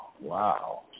wow